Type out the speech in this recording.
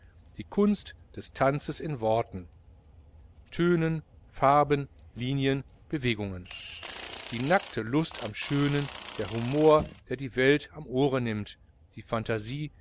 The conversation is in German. die kunst des tanzes in worten tönen farben linien bewegungen die nackte lust am schönen der humor der die welt am ohre nimmt die phantasie